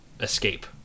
escape